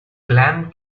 clam